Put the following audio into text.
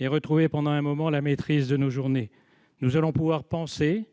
et retrouver pendant un moment la maîtrise de nos journées. Nous allons pouvoir penser,